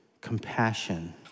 compassion